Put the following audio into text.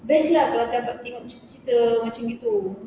best lah kalau dapat tengok cerita-cerita macam gitu